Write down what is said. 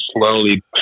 slowly